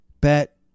bet